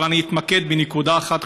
אבל אני אתמקד בנקודה אחת,